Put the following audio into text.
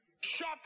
Shut